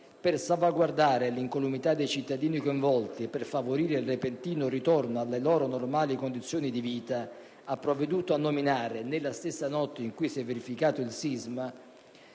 per salvaguardare l'incolumità dei cittadini coinvolti e favorire il repentino ritorno alle loro normali condizioni di vita, ha provveduto a nominare nella stessa notte in cui si è verificato il sisma,